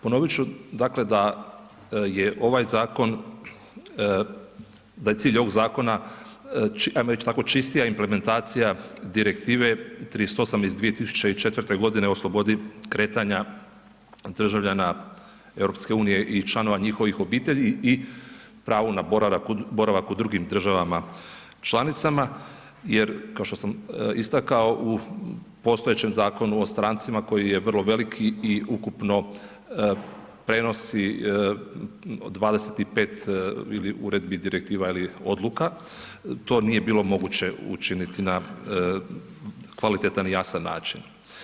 Ponovit ću, dakle, da je ovaj zakon, da je cilj ovog zakona, ajmo reć tako, čistija implementacija direktive 38 iz 2004.g. o slobodi kretanja državljana EU i članova njihovih obitelji i pravo na boravak u drugim državama članicama jer, kao što sam istakao, u postojećem Zakonu o strancima koji je vrlo velik i ukupno prenosi 25 ili uredbi, direktiva ili odluka, to nije moguće učiniti na kvalitetan i jasan način.